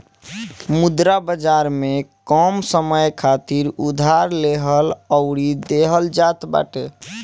मुद्रा बाजार में कम समय खातिर उधार लेहल अउरी देहल जात बाटे